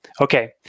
Okay